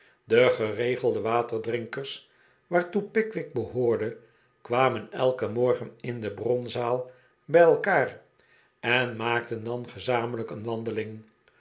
de geregelde waterdrinkers waartoe pickwick behoorde kwamen elken morgen in de bronzaal bij elkaar en maakten dan gezamenlijk een wandeling